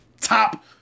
top